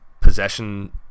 possession –